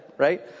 Right